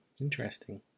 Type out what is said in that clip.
Interesting